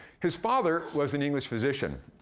his father was an english physician,